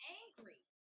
angry